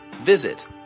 Visit